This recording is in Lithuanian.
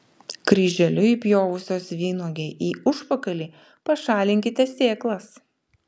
kryželiu įpjovusios vynuogei į užpakalį pašalinkite sėklas